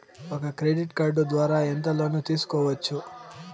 ఒక credit card ద్వారా ఎంత లోను తీసుకోవచ్చు?